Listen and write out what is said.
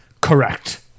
Correct